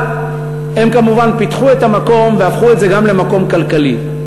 אבל הן כמובן פיתחו את המקום והפכו את זה גם למקום כלכלי.